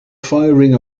firing